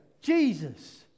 Jesus